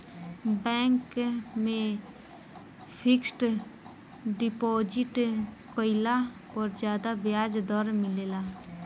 bank में fixed deposit कईला पर ज्यादा ब्याज दर मिलेला